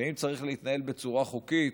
ואם צריך להתנהל בצורה חוקית,